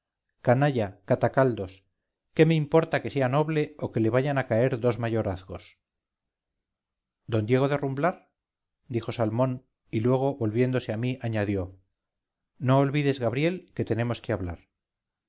canalla catacaldos qué me importa que sea noble y que le vayan a caer dos mayorazgos d diego de rumblar dijo salmón y luego volviéndose a mí añadió no olvides gabriel que tenemos que hablar